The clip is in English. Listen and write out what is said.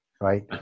right